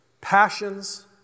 passions